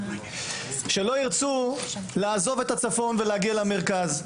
שלא ירצו לעזוב את הצפון ולהגיע למרכז.